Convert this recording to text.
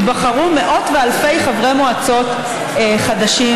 ייבחרו מאות ואלפי חברי מועצות חדשים.